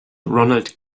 ronald